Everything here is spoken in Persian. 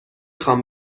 خوام